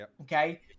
Okay